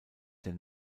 der